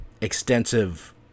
extensive